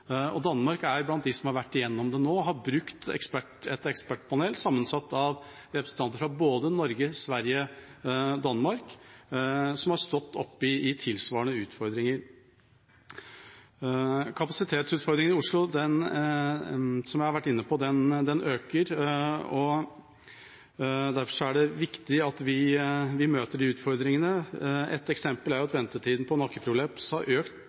Danmark er blant dem som har vært gjennom det nå. De har brukt et ekspertpanel, sammensatt av representanter fra både Norge, Sverige og Danmark som har stått oppe i tilsvarende utfordringer. Kapasitetsutfordringen i Oslo øker – som jeg har vært inne på – og derfor er det viktig at vi møter den utfordringen. Ett eksempel er at ventetida på nakkeprolaps har økt